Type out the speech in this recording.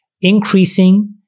increasing